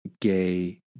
gay